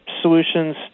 solutions